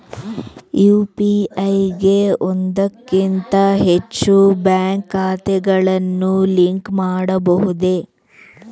UPI ಗೆ ಒಂದಕ್ಕಿಂತ ಹೆಚ್ಚು ಬ್ಯಾಂಕ್ ಖಾತೆಗಳನ್ನು ಲಿಂಕ್ ಮಾಡಬಹುದೇ?